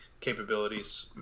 Capabilities